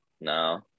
no